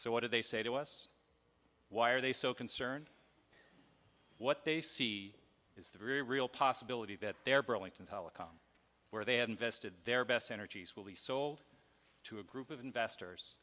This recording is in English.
so what do they say to us why are they so concerned what they see is the very real possibility that their burlington telecom where they have invested their best energies will be sold to a group of investors